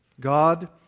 God